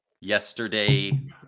yesterday